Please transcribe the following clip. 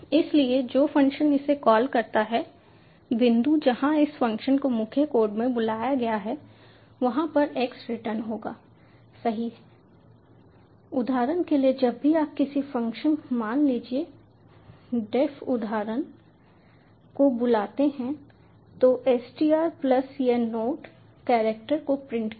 इसलिए जो फ़ंक्शन इसे कॉल करता है बिंदु जहां इस फ़ंक्शन को मुख्य कोड में बुलाया गया है वहां पर x रिटर्न होगा सही है उदाहरण के लिए जब भी आप किसी फ़ंक्शन मान लीजिए डेफ उदाहरण str को बुलाते हैं तो str प्लस यह नोट कैरेक्टर को प्रिंट करें